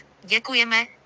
Děkujeme